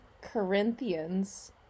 Corinthians